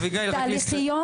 תהליכיות,